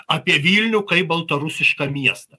apie vilnių kaip baltarusišką miestą